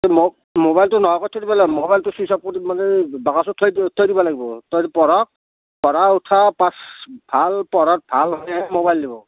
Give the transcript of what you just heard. ম'বাইলটো নোহোৱা কৰি থৈ দিব লাগিব ম'বাইলটো ছুইটচ্ অফ কৰি পেলাই বাকচত থৈ থৈ দিব লাগিব পঢ়ক পঢ়া উঠা ভাল পঢ়াত ভাল হ'লেহে ম'বাইল দিব